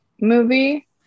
movie